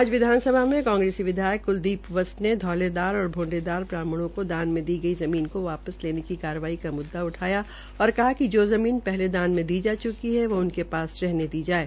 आज विधानसभा में कांग्रेसी विधायक कुलदीप वत्स ने घौलेदार और भोंडेदार ब्राह्माणों को दान में दी गई ज़मीन को वापिस लेने की कार्रवाई का मुद्दा उठाया और कहा कि जो ज़मीन पहले दान में दी जा चुकी है वो उनके पास रहने दी जाये